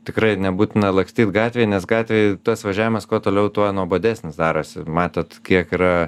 tikrai nebūtina lakstyt gatvėj nes gatvėj tas važiavimas kuo toliau tuo nuobodesnis darosi matot kiek yra